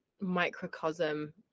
microcosm